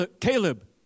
Caleb